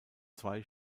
zwei